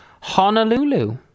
honolulu